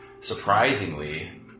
Surprisingly